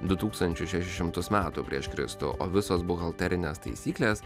du tūkstančius šešis šimtus metų prieš kristų o visos buhalterinės taisyklės